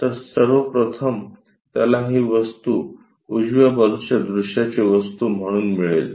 तर सर्वप्रथम त्याला ही वस्तू उजव्या बाजूच्या दृश्याची वस्तू म्हणून मिळेल